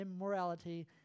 immorality